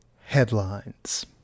headlines